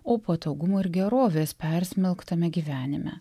o patogumo ir gerovės persmelktame gyvenime